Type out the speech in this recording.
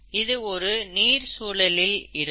இது ஒரு நீர் சூழலில் இருக்கும்